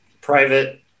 private